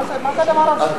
מה זה הדבר הזה?